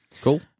Cool